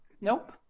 Nope